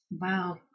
Wow